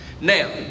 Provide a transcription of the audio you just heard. Now